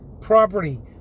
property